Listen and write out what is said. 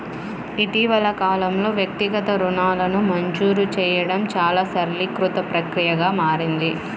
ఇటీవలి కాలంలో, వ్యక్తిగత రుణాలను మంజూరు చేయడం చాలా సరళీకృత ప్రక్రియగా మారింది